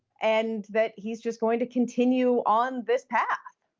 and that he's just going to continue on this path.